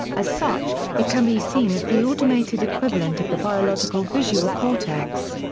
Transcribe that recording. as such, it can be seen as the automated equivalent of the biological visual cortex.